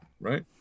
Right